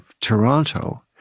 Toronto